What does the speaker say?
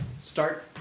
Start